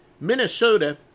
Minnesota